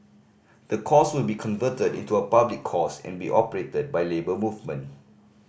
the course will be converted into a public course and be operated by the Labour Movement